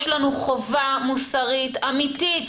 יש לנו חובה מוסרית אמיתית,